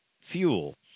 fuel